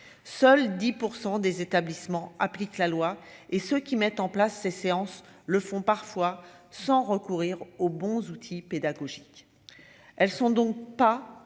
seuls 10 % des établissements appliquent la loi et ce qu'qui mettent en place ces séances le font parfois sans recourir aux bons outils pédagogiques, elles sont donc pas